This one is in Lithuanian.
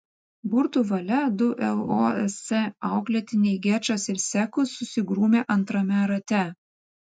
burtų valia du losc auklėtiniai gečas ir sekus susigrūmė antrame rate